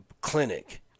clinic